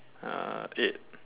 uh eight